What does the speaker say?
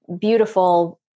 beautiful